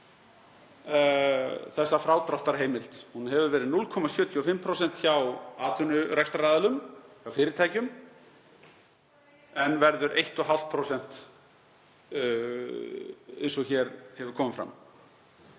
þessa frádráttarheimild. Hún hefur verið 0,75% hjá atvinnurekstraraðilum, hjá fyrirtækjum, en verður 1,5% eins og hér hefur komið fram.